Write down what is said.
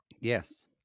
Yes